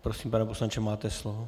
Prosím, pane poslanče, máte slovo.